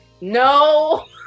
no